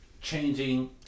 changing